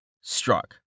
struck